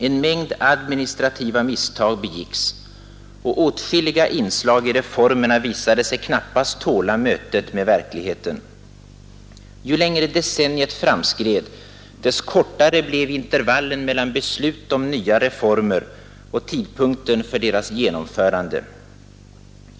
En mängd administrativa misstag begicks, och åtskilliga inslag i reformerna visade sig knappast tåla mötet med verkligheten. Ju längre decenniet framskred, dess kortare blev intervallen mellan beslut om nya reformer och tidpunkten för deras genomförande.